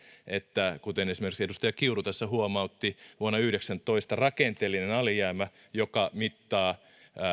kuten esimerkiksi edustaja kiuru tässä huomautti että vuonna yhdeksäntoista rakenteellinen alijäämä joka mittaa